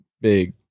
big